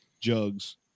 jugs